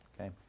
Okay